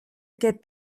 aquest